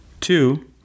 Two